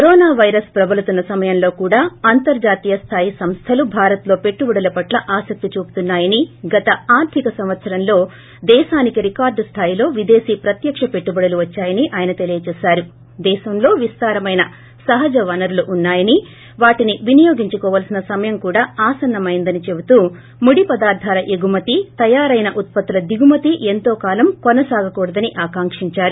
corona virus పబలుతున్న సమయంలో కూడా అంతర్జాతీయ స్థాయి సంస్థలు భారత్లో పెట్టుబడుల పట్ల ఆసక్తి చూపుతున్నా యని గత ఆర్థిక సంవత్సరంలో దేశానికి రికార్డు స్థాయిలో విదేశీ పత్యక్ష ప్ర వనరులు ఉన్నాయని వాటిని వినియోగించుకోవలసిన సమయం కూడా ఆసన్న మైందని చెబుతూ ముడి పదార్థాల ఎగుమతి తయారైన ఉత్పత్తుల దిగుమతి ఎంతో కాలం కొనసాగకూడదని ఆకాంక్షించారు